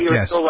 yes